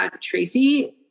Tracy